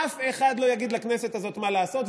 אף אחד לא יגיד לכנסת הזאת מה לעשות,